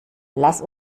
lass